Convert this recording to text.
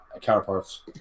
counterparts